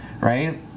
right